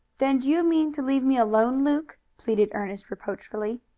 then do you mean to leave me alone, luke? pleaded ernest reproachfully.